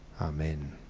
Amen